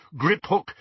Griphook